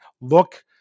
Look